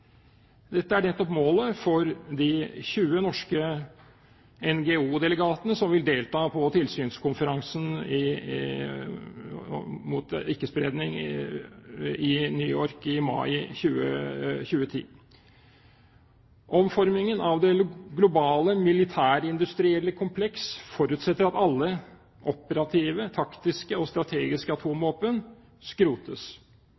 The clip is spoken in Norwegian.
Dette er nettopp målet for de 20 norske NGO-delegatene som vil delta på tilsynskonferansen for ikke-spredning i New York i mai 2010. Omformingen av det globale militærindustrielle kompleks forutsetter at alle operative taktiske og strategiske